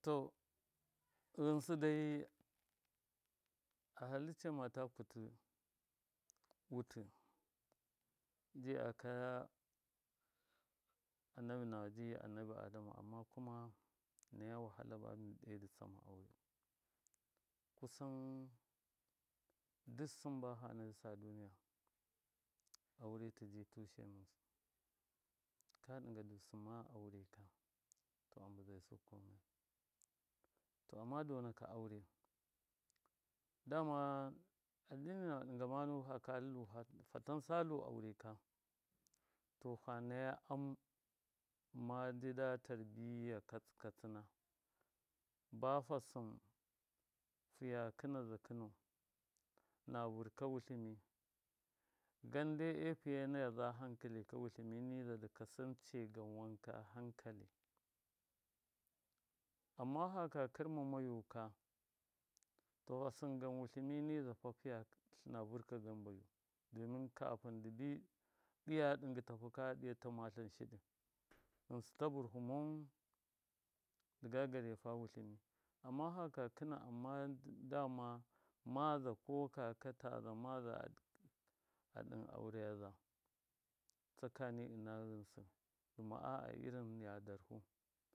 To ghɨnsɨ dai a hallicce mata kutɨ wutɨ ji aka annabi nama ji annabi adamu amma kuma nai wahala ba mi dɨ kusan duk sɨn bafa nayusa duniya ya aure tɨji tushayusɨ nusɨ, ka ɗɨnga du sɨmma aure ka to a mbɨzai su komayai to amma donakɨ aure dama addini nama ɗɨnga ma ndu fatansalu, ɗɨmakɨ aure ka to fa naya am ma njida tarbiya katsɨ katsɨna ba fasɨn fiya kɨnaza kɨnau na vɨrka wutlɨmi gande e fiye nayaza a hankali ka wutltɨmi niza dɨ kasance gan wanka hankali. amma haka kɨrma mayu ka to fasɨn gan wutlɨmi nizafa fiya tlɨna vɨrka gan bayu domin kafɨn dubi ɗiya ɗɨngɨ tafu ka tlɨna ɗiya ta matlɨn shiɗɨ ghɨnsɨ ta bɨfu mau dɨ gaga refa wutlɨmi amma haka kɨna amma dama maza ko kaka taza maza a ɗɨn aure yaza tsakani ɨna ghɨnsɨ dɨma a. a irin niya darhu.